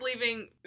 leaving